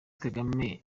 kagame